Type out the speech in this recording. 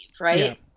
right